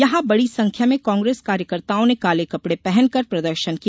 यहां बड़ी संख्या में कांग्रेस कार्यकर्ताओं ने काले कपड़े पहनकर प्रदर्शन किया